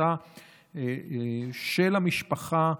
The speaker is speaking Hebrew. החלטה של המשפחה,